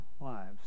lives